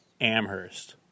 Amherst